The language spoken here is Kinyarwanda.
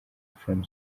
from